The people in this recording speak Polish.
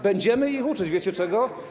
Będziemy je uczyć, wiecie czego?